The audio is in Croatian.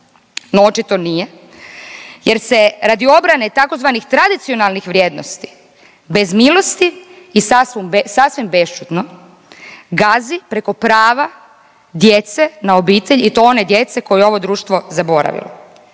No, očito nije jer se obrane tzv. tradicionalnih vrijednosti bez milosti i sasvim bešćutno gazi preko prava djece na obitelj i to one djece koje je ovo društvo zaboravilo.